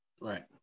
Right